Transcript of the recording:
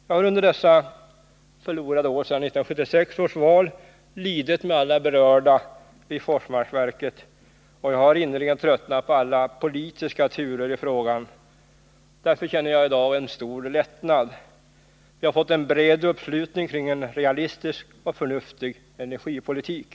Jag har under alla dessa förlorade år sedan 1976 års val lidit med alla berörda vid Forsmarksverket, och jag har innerligen tröttnat på alla politiska turer i frågan. Därför känner även jag i dag en stor lättnad. Vi har fått en bred uppslutning kring en realistisk och förnuftig energipolitik.